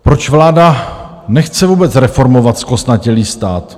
Proč vláda nechce vůbec reformovat zkostnatělý stát?